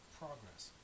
progress